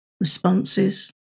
responses